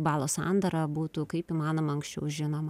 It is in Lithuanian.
balo sandara būtų kaip įmanoma anksčiau žinoma